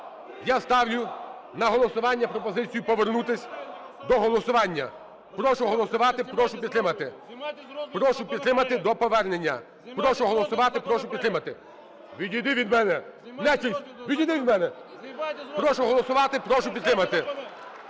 Я ставлю на голосування пропозицію повернутися до голосування. Прошу голосувати, прошу підтримати. Прошу підтримати – до повернення. Прошу голосувати, прошу підтримати. (Шум у залі) Відійди від мене, нечисть, відійди від мене! (Шум у залі) Прошу голосувати, прошу підтримати.